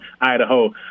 Idaho